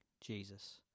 Jesus